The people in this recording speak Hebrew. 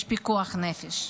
יש פיקוח נפש.